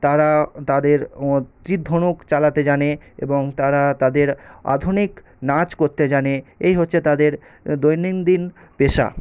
তারা তাদের তির ধনুক চালাতে জানে এবং তারা তাদের আধুনিক নাচ করতে জানে এই হচ্ছে তাদের দৈনন্দিন পেশা